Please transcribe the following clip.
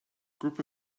group